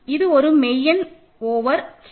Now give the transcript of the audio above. இது ஒரு மெய் எண் ஓவர் Q